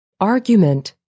Argument